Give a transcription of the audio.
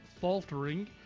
faltering